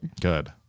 Good